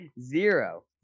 Zero